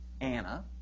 Anna